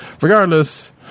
regardless